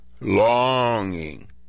Longing